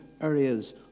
areas